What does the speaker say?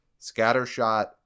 scattershot